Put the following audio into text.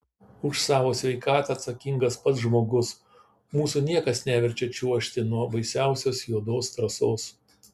už savo sveikatą atsakingas pats žmogus mūsų niekas neverčia čiuožti nuo baisiausios juodos trasos